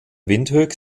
windhoek